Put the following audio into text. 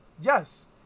Yes